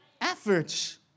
efforts